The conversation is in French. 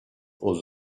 aux